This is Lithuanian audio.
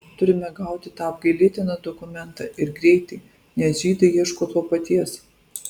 turime gauti tą apgailėtiną dokumentą ir greitai nes žydai ieško to paties